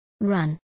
Run